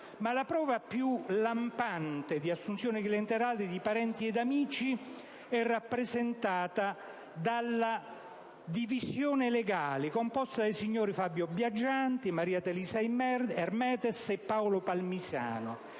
Ma la prova più lampante di assunzione clientelare di parenti ed amici è rappresentata dalla Divisione legale CONSOB, composta dai signori Fabio Biagianti, Maria Letizia Ermetes e Paolo Palmisano.